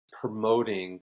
promoting